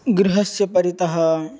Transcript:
गृहस्य परितः